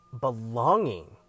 belonging